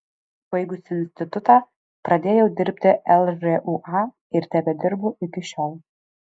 baigusi institutą pradėjau dirbti lžūa ir tebedirbu iki šiol